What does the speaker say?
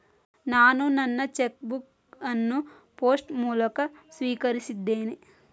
ನಾನು ನನ್ನ cheque book ಅನ್ನು ಪೋಸ್ಟ್ ಮೂಲಕ ಸ್ವೀಕರಿಸಿದ್ದೇನೆ